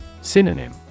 Synonym